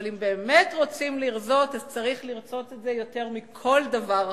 אבל אם באמת רוצים לרזות אז צריך לרצות את זה יותר מכל דבר אחר.